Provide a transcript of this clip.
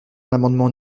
l’amendement